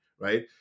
right